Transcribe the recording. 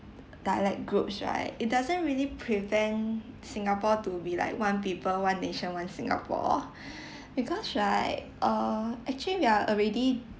dialect groups right it doesn’t really prevent singapore to be like one people one nation one singapore because right err actually we are already